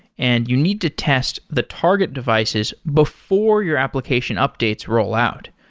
and you need to test the target devices before your application updates roll out.